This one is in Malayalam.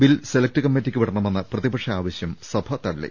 ബിൽ സെലക്ട് കമ്മിറ്റിക്ക് വിടണമെന്ന പ്രതിപക്ഷ ആവശ്യം സഭ തള്ളി